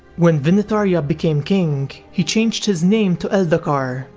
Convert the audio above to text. when vinitharya became king, he changed his name to eldacar,